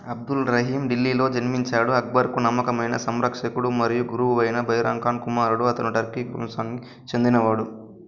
అబ్దుల్ రహీమ్ ఢిల్లీలో జన్మించాడు అక్బర్కు నమ్మకమైన సంరక్షకుడు మరియు గురువు అయిన బైరామ్ ఖాన్ కుమారుడు అతను టర్కిక్ వంశానికి చెందినవాడు